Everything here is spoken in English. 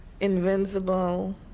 invincible